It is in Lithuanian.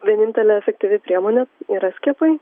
vienintelė efektyvi priemonė yra skiepai